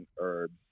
herbs